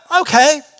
okay